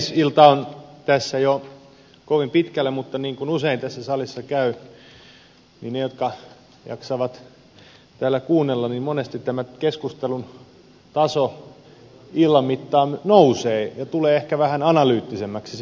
ilta on tässä jo kovin pitkällä mutta niin kuin usein tässä salissa käy jos jaksaa täällä kuunnella keskustelun taso on illan mittaan noussut ja tullut ehkä vähän analyyttisemmäksi